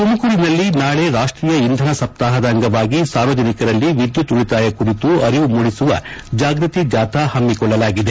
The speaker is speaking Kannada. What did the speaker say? ತುಮಕೂರಿನಲ್ಲಿ ನಾಳೆ ರಾಷ್ಷೀಯ ಇಂಧನ ಸಪ್ತಾಹದ ಅಂಗವಾಗಿ ಸಾರ್ವಜನಿಕರಲ್ಲಿ ವಿದ್ಯುತ್ ಉಳಿತಾಯ ಕುರಿತು ಅರಿವು ಮೂಡಿಸುವ ಜಾಗೃತಿ ಜಾಥಾ ಹಮ್ಮಿಕೊಳ್ಳಲಾಗಿದೆ